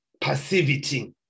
passivity